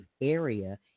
area